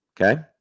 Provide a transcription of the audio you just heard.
Okay